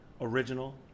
original